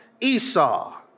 Esau